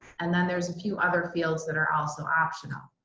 and then there's a few other fields that are also optional.